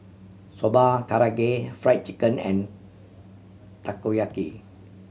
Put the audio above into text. Soba Karaage Fried Chicken and Takoyaki